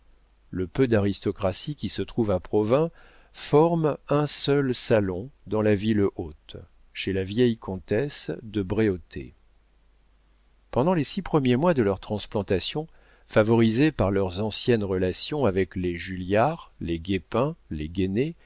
le peu d'aristocratie qui se trouve à provins forme un seul salon dans la ville haute chez la vieille comtesse de bréautey pendant les six premiers mois de leur transplantation favorisés par leurs anciennes relations avec les julliard les guépin les